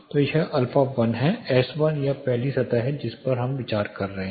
तो यह α1 है S1 यह पहली सतह है जिस पर हम विचार कर रहे हैं